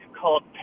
called